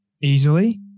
easily